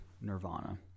nirvana